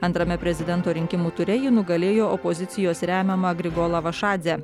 antrame prezidento rinkimų ture ji nugalėjo opozicijos remiamą grigolą vašadzę